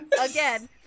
again